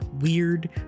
weird